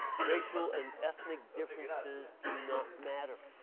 racial and ethnic differences do not matter.